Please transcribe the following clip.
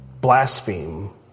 blaspheme